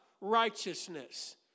righteousness